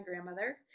grandmother